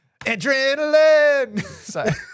Adrenaline